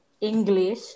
English